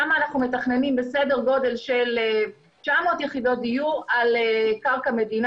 שם אנחנו מתכננים כ-900 יחידות דיור על קרקע מדינה